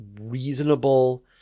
reasonable